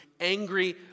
angry